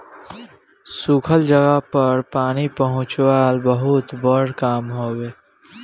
सुखल जगह पर पानी पहुंचवाल सबसे बड़ काम हवे